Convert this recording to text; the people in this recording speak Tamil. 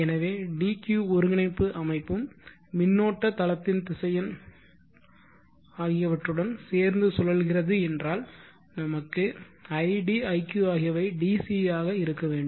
எனவே dq ஒருங்கிணைப்பு அமைப்பும் மின்னோட்ட தளத்தின்திசையன் உடன் சேர்ந்து சுழல்கிறது என்றால் நமக்கு id iq ஆகியவை DC ஆக இருக்க வேண்டும்